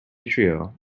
trio